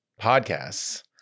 podcasts